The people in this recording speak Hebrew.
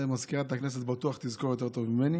את זה מזכירת הכנסת בטוח תזכור יותר טוב ממני.